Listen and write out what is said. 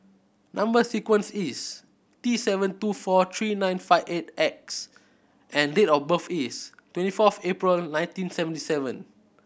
number sequence is T seven two four three nine five eight X and date of birth is twenty fourth April nineteen seventy seven